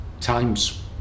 times